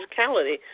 physicality